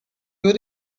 you